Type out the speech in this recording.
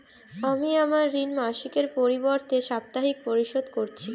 আমি আমার ঋণ মাসিকের পরিবর্তে সাপ্তাহিক পরিশোধ করছি